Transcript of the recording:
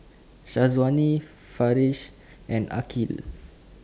Syazwani Farish and